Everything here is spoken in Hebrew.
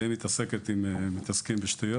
והם מתעסקים בשטויות.